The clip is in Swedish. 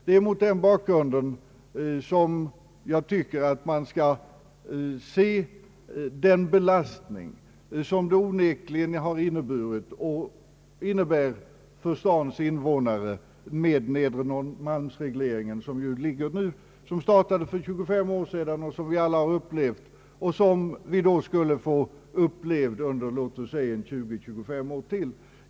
Det är mot den bakgrunden som jag tycker att man skall se den belastning som det onekligen har inneburit och innebär för stadens invånare med Nedre Norrmalmsregleringen, som startade för 25 år sedan och som vi inte gärna vill uppleva under låt oss säga 20—25 år till.